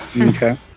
Okay